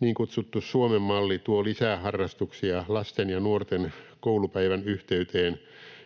Niin kutsuttu Suomen malli tuo lisää harrastuksia lasten ja nuorten koulupäivän yhteyteen,